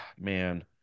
man